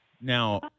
Now